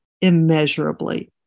immeasurably